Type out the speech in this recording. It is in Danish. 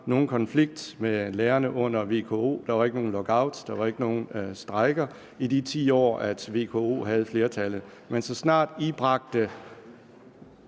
nogen konflikt med lærerne under VKO. Der var ikke nogen lockout, der var ikke nogen strejker i de 10 år, VKO havde flertallet, men så snart man bragte